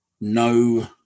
No